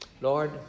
Lord